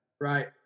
Right